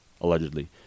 allegedly